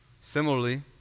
Similarly